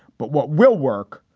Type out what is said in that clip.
but what will work?